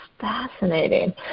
fascinating